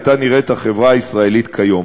הייתה נראית החברה הישראלית היום.